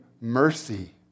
mercy